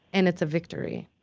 and it's a victory.